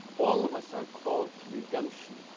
all of us are called to redemption.